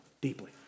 deeply